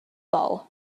bol